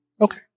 Okay